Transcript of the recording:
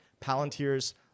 Palantir's